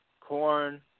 corn